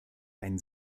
ein